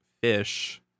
Fish